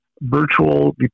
virtual